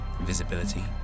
visibility